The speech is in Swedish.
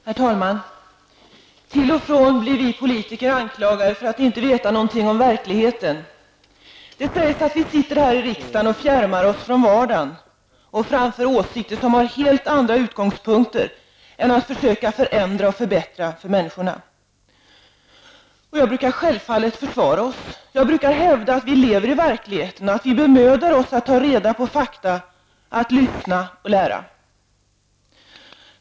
Herr talman! Till och från blir vi politiker anklagade för att inte veta något om verkligheten. Det sägs att vi sitter här i riksdagen fjärmade från vardagen och framför åsikter som har helt andra utgångspunkter än att försöka förändra och förbättra för människorna. Jag brukar självfallet försvara oss. Jag brukar hävda att vi lever i verkligheten och att vi bemödar oss att ta reda på fakta, att vi lyssnar och lär.